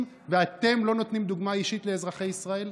ואתם לא נותנים דוגמה אישית לאזרחי ישראל?